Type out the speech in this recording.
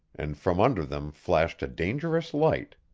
and from under them flashed a dangerous light.